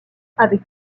avec